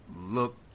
look